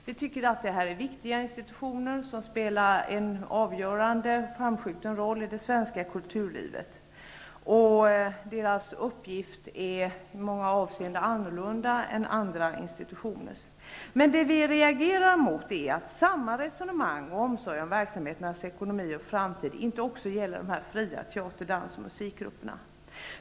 Vi tycker att de är viktiga institutioner som spelar en avgörande och framskjuten roll i det svenska kulturlivet. Deras uppgift är i många avseenden annorlunda än andra institutioners. Det vi reagerar emot är att samma resonemang och omsorg om verksamheternas ekonomi och framtid inte också gäller de fria teater-, dans och musikgrupperna.